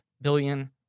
billion